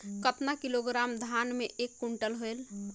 कतना किलोग्राम धान मे एक कुंटल होयल?